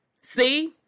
See